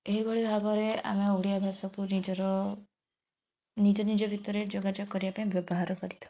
ଏହିଭଳି ଭାବରେ ଆମେ ଓଡ଼ିଆ ଭାଷାକୁ ନିଜର ନିଜ ନିଜ ଭିତରେ ଯୋଗାଯୋଗ କରିବାପାଇଁ ବ୍ୟବହାର କରିଥାଉ